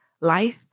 life